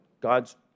God's